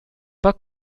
pas